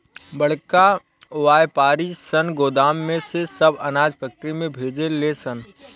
बड़का वायपारी सन गोदाम में से सब अनाज फैक्ट्री में भेजे ले सन